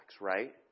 right